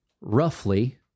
roughly